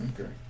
Okay